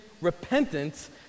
repentance